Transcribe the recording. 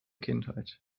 kindheit